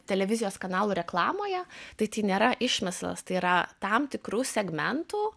televizijos kanalų reklamoje tai tai nėra išmesta tai yra tam tikrų segmentų